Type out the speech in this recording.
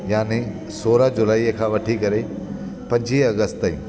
याने सोरहां जुलाई खां वठी करे पंजवीह अगस्त ताईं